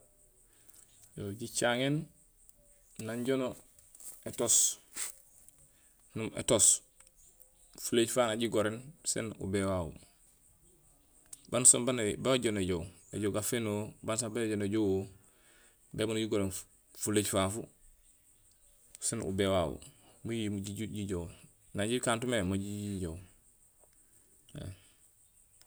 Yo jicaŋéén nang joon étoos, no étoos, fulééj faa nak jigoréén sen ubéé wawu banusaan baan joon néjoow, éjoow gaféén ó bééy joo néjoow ó, bemunduum jigoréén fuleej fafu sen ubéé wawu muu jiju jijoow, nang jikante mé maat jiju jijoow